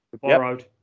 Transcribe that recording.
Borrowed